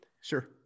Sure